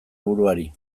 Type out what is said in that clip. buruari